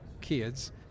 kids